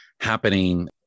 happening